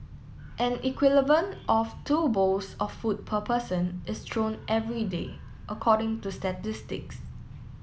an of two bowls of food per person is thrown every day according to statistics